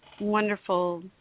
wonderful